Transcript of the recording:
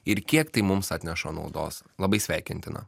ir kiek tai mums atneša naudos labai sveikintina